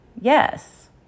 Yes